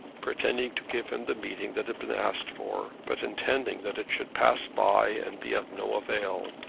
pretending to give him the meeting that had been asked for, but intending that it should pass by and be of no avail.